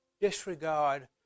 disregard